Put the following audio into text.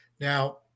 Now